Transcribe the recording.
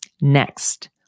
Next